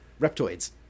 Reptoids